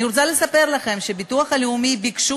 אני רוצה לספר לכם שבביטוח לאומי ביקשו